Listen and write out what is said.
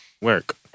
work